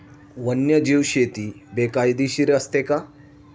वन्यजीव शेती बेकायदेशीर असते का?